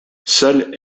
seul